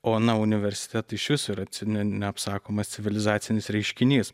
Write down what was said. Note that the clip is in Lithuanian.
o na universitetai išvis yra ci neapsakomas civilizacinis reiškinys